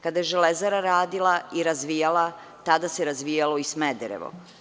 Kada je Železara radila i razvijala se, tada se razvijalo i Smederevo.